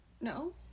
no